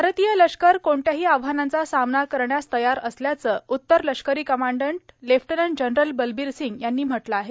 भारतीय लष्कर कोणत्याही आव्हानांचा सामना करण्यास तयार असल्याचं उत्तर लष्करी commander lieutenant general Balbir Singh यांनी म्हटलं आहे